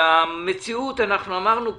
המציאות, אמרנו כולנו,